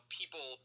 people